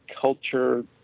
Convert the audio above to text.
culture